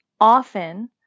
often